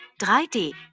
3D